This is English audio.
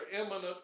imminent